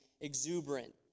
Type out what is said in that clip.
exuberant